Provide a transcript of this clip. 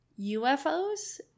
UFOs